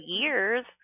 years